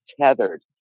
tethered